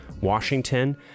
washington